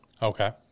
Okay